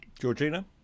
Georgina